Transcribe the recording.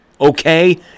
okay